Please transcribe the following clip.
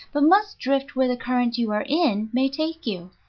but must drift where the current you are in may take you.